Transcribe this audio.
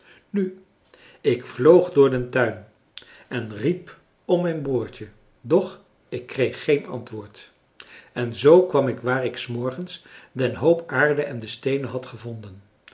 nu ik vloog door den tuin en riep om mijn broertje doch ik kreeg geen antwoord en zoo kwam ik waar ik s morgens den hoop aarde en de steenen had gevonden